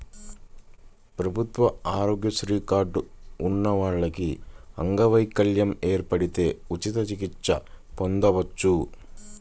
ప్రభుత్వ ఆరోగ్యశ్రీ కార్డు ఉన్న వాళ్లకి అంగవైకల్యం ఏర్పడితే ఉచిత చికిత్స పొందొచ్చు